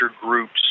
groups